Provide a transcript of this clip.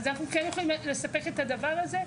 אז אנחנו כן יכולים לספק את הדבר הזה,